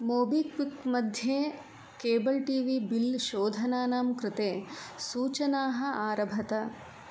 MobiKwik मध्ये cable T V bill शोधनानां कृते सूचनाः आरभत